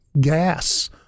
gas